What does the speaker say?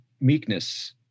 Meekness